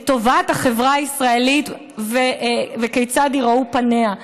לטובת החברה הישראלית וכיצד ייראו פניה.